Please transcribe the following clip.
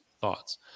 thoughts